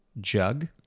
jug